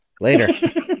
Later